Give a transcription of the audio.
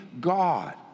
God